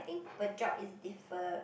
think per job is differ